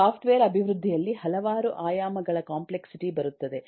software ಅಭಿವೃದ್ಧಿಯಲ್ಲಿ ಹಲವಾರು ಆಯಾಮಗಳ ಕಾಂಪ್ಲೆಕ್ಸಿಟಿ ಬರುತ್ತದೆ